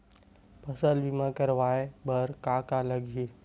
फसल बीमा करवाय बर का का लगही?